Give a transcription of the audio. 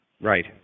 Right